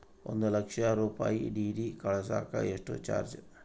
ಒಂದು ಲಕ್ಷ ರೂಪಾಯಿ ಡಿ.ಡಿ ಕಳಸಾಕ ಎಷ್ಟು ಚಾರ್ಜ್?